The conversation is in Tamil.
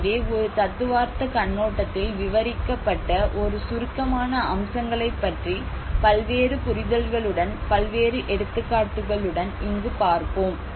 எனவே ஒரு தத்துவார்த்த கண்ணோட்டத்தில் விவரிக்கப்பட்ட ஒரு சுருக்கமான அம்சங்களைப் பற்றி பல்வேறு புரிதல்களுடன் பல்வேறு எடுத்துக்காட்டுகளுடன் இங்கு பார்ப்போம்